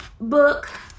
book